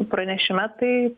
pranešime tai